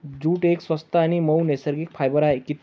jute एक स्वस्त आणि मऊ नैसर्गिक फायबर आहे